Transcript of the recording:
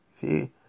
See